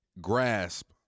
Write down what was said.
grasp